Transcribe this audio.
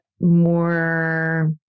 More